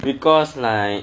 because like